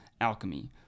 alchemy